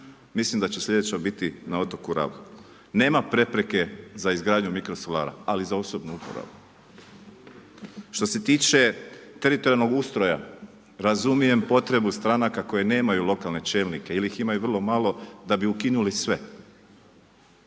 Mislim da će slijedeća biti na otoku Rabu. Nema prepreke za izgradnju mikrosolara, ali za osobu uporabu. Što se tiče teritorijalnog ustroja, razumijem potrebu stranaka koje nemaju lokalne čelnike ili ih imaju vrlo malo, da bi ukinuli sve.